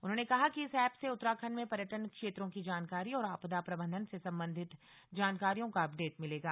उन्होंने कहा कि इस एप से उत्तराखण्ड में पर्यटन क्षेत्रों की जानकारी और आपदा प्रबंधन से संबंधित जानकारियों का अपडेट मिलेगा